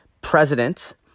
president